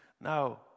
Now